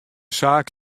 saak